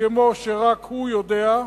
כמו שרק שהוא יודע,